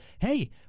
hey